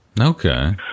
okay